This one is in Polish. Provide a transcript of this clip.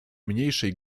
mniejszej